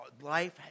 life